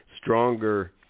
stronger